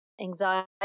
anxiety